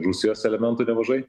rusijos elementų nemažai